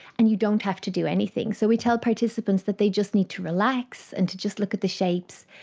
and you don't have to do anything. so we tell participants that they just need to relax and to just look at the shapes.